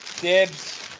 Dibs